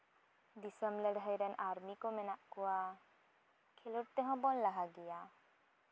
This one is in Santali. ᱫᱤᱥᱚᱢ ᱞᱟᱹᱲᱦᱟᱹᱭ ᱨᱮᱱ ᱟᱨᱢᱤ ᱠᱚ ᱢᱮᱱᱟᱜ ᱠᱚᱣᱟ ᱠᱷᱮᱞᱳᱰ ᱛᱮᱦᱚᱸ ᱵᱚᱱ ᱞᱟᱦᱟ ᱜᱮᱭᱟ